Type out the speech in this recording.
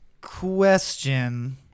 Question